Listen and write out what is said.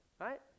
right